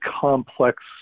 complex